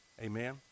Amen